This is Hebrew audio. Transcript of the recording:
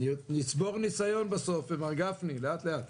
נצבור ניסיון בסוף, מר גפני, לאט לאט.